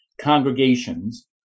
congregations